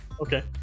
Okay